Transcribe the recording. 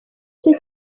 cye